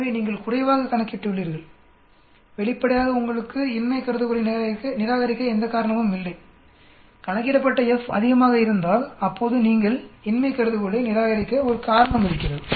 எனவே நீங்கள் குறைவாக கணக்கிட்டுள்ளீர்கள் வெளிப்படையாக உங்களுக்கு இன்மை கருதுகோளை நிராகரிக்க எந்த காரணமும் இல்லை கணக்கிடப்பட்ட F அதிகமாக இருந்தால் அப்போது நீங்கள் இன்மை கருதுகோளை நிராகரிக்க ஒரு காரணம் இருக்கிறது